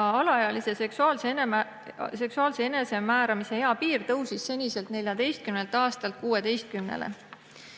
alaealise seksuaalse enesemääramise ea piir tõusis seniselt 14 aastalt 16-le.